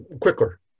quicker